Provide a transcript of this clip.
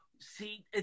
See